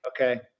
Okay